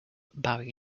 barry